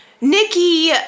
Nikki